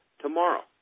tomorrow